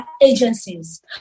agencies